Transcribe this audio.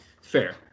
Fair